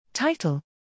Title